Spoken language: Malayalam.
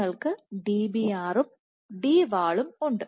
നിങ്ങൾക്ക് Dbr ഉം Dwall ഉം ഉണ്ട്